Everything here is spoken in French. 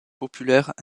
populaire